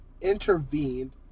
intervened